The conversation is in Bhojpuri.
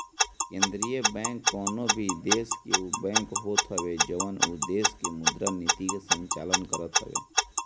केंद्रीय बैंक कवनो भी देस के उ बैंक होत हवे जवन उ देस के मुद्रा नीति के संचालन करत हवे